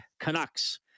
canucks